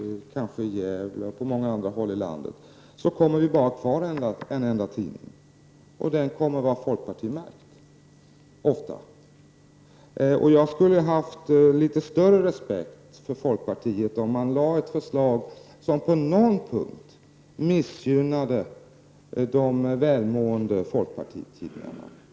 I Örebro, kanske i Gävle och på många andra håll i landet kommer vi bara att ha kvar en enda tidning, och den kommer ofta att vara folkpartimärkt. Jag skulle ha haft litet större respekt för folkpartiet om man lade fram ett förslag som på någon punkt missgynnade de välmående folkpartitidningarna.